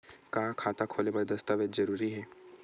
का खाता खोले बर दस्तावेज जरूरी हे?